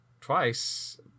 twice